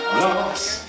lost